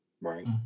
Right